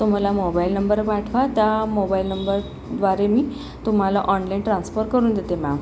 तो मला mobile number पाठवा त्या मोबाईल नंबरद्वारे मी तुम्हाला ऑनलाईन ट्रान्फर करून देते मॅम